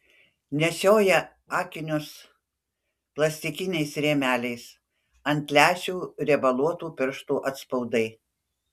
nešioja akinius plastikiniais rėmeliais ant lęšių riebaluotų pirštų atspaudai